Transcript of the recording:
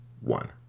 one